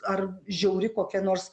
ar žiauri kokia nors